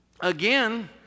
Again